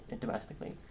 domestically